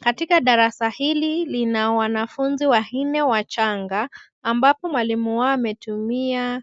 Katika darasa hili, lina wanafunzi wanne wachanga, ambapo mwalimu wao ametumia